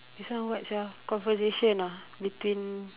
this one what sia conversation ah between